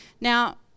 Now